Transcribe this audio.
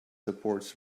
supports